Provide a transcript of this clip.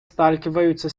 сталкиваются